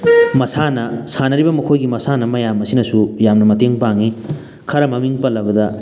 ꯃꯁꯥꯅ ꯁꯥꯟꯅꯔꯤꯕ ꯃꯈꯣꯏꯒꯤ ꯃꯁꯥꯟꯅ ꯃꯌꯥꯝ ꯑꯁꯤꯅꯁꯨ ꯌꯥꯝꯅ ꯃꯇꯦꯡ ꯄꯥꯡꯉꯤ ꯈꯔ ꯃꯃꯤꯡ ꯄꯜꯂꯕꯗ